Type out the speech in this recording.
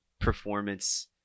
performance